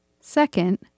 Second